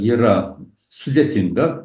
yra sudėtinga